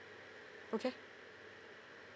okay